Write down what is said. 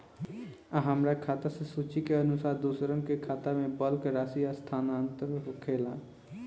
आ हमरा खाता से सूची के अनुसार दूसरन के खाता में बल्क राशि स्थानान्तर होखेला?